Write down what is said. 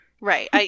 Right